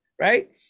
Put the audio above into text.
right